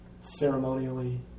ceremonially